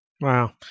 Wow